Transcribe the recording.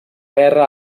guerra